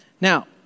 Now